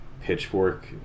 Pitchfork